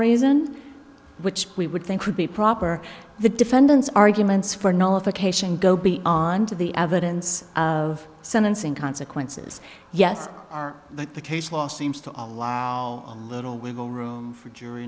reason which we would think would be proper the defendant's arguments for no other cation go be on to the evidence of sentencing consequences yes are that the case law seems to allow a little wiggle room for jury